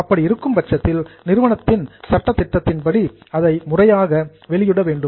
அப்படி இருக்கும் பட்சத்தில் நிறுவனத்தின் சட்டப்படி அதை முறையாக டிஸ்குளோஸ்டு வெளியிட வேண்டும்